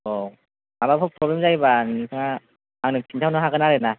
अ' माबाफोर प्रब्लेम जायोबा नोंहा आंनो खिन्थाहरनो हागोन आरोना